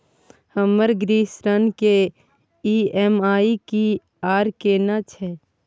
हमर गृह ऋण के ई.एम.आई की आर केना छै?